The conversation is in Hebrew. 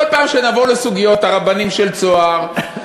כל פעם שנבוא לסוגיות הרבנים של "צהר",